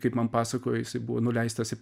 kaip man pasakojo jisai buvo nuleistas į